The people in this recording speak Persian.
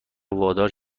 وادار